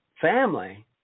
family